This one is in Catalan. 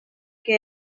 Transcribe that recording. que